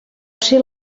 ser